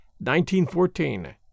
1914